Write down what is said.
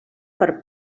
per